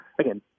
again